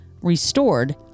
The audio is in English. restored